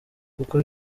kuko